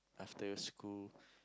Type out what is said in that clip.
after school